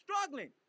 struggling